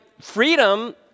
freedom